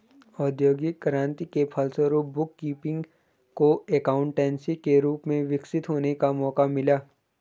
औद्योगिक क्रांति के फलस्वरूप बुक कीपिंग को एकाउंटेंसी के रूप में विकसित होने का मौका मिला